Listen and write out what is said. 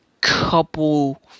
couple